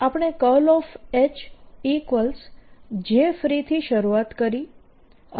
આપણે Hjfree થી શરૂઆત કરી અને